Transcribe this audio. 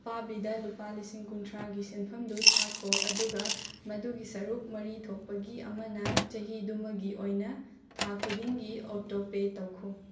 ꯑꯄꯥꯕꯤꯗ ꯂꯨꯄꯥ ꯂꯤꯁꯤꯡ ꯀꯨꯟꯊ꯭ꯔꯥꯒꯤ ꯁꯦꯟꯐꯝꯗꯨ ꯊꯥꯈꯣ ꯑꯗꯨꯒ ꯃꯗꯨꯒꯤ ꯁꯔꯨꯛ ꯃꯔꯤ ꯊꯣꯛꯄꯒꯤ ꯑꯃꯅ ꯆꯍꯤꯗꯨꯃꯒꯤ ꯑꯣꯏꯅ ꯊꯥ ꯈꯨꯗꯤꯡꯒꯤ ꯑꯣꯇꯣ ꯄꯦ ꯇꯧꯈꯣ